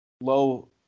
low